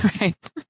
right